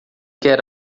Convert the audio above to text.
quer